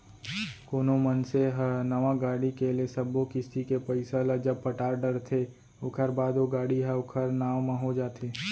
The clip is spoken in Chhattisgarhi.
कोनो मनसे ह नवा गाड़ी के ले सब्बो किस्ती के पइसा ल जब पटा डरथे ओखर बाद ओ गाड़ी ह ओखर नांव म हो जाथे